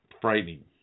frightening